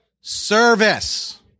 Service